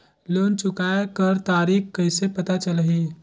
Loan चुकाय कर तारीक कइसे पता चलही?